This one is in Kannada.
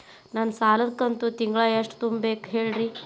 ನನ್ನ ಸಾಲದ ಕಂತು ತಿಂಗಳ ಎಷ್ಟ ತುಂಬಬೇಕು ಹೇಳ್ರಿ?